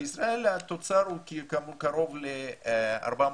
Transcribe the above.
בישראל התוצר הוא קרוב ל-400